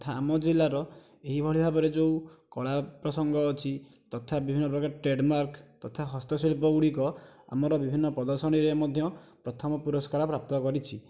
ତଥା ଆମ ଜିଲ୍ଲାର ଏଇଭଳି ଭାବରେ ଯେଉଁ କଳା ପ୍ରସଙ୍ଗ ଅଛି ତଥା ବିଭିନ୍ନ ପ୍ରକାର ଟ୍ରେଡ଼ମାର୍କ ତଥା ହସ୍ତଶିଳ୍ପୀ ଗୁଡ଼ିକ ଆମର ବିଭିନ୍ନ ପ୍ରଦର୍ଶନିରେ ମଧ୍ୟ ପ୍ରଥମ ପୁରସ୍କାର ପ୍ରାପ୍ତ କରିଛି